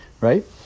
right